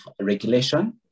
regulation